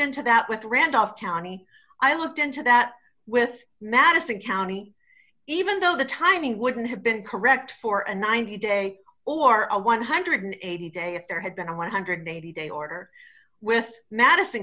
into that with randolph county i looked into that with madison county even though the timing wouldn't have been correct for a ninety day or a one hundred and eighty day if there had been a one hundred and eighty day order with madison